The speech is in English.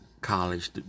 college